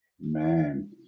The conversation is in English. Man